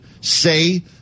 say